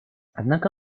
однако